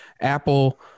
Apple